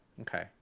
okay